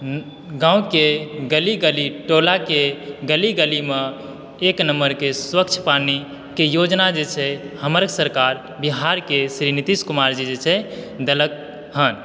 गाँवके गली गली टोलाके गली गलीमे एक नम्बरके स्वच्छ पानीके योजना जे छै हमर सरकार बिहारके श्री नितीश कुमार जी जे छै देलक हन